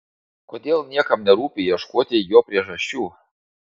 kodėl niekam nerūpi ieškoti jo priežasčių